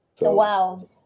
Wow